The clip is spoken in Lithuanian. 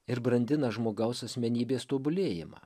ir brandina žmogaus asmenybės tobulėjimą